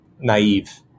naive